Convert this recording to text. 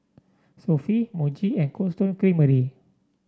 Sofy Muji and Cold Stone Creamery